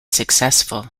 successful